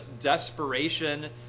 desperation